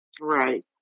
Right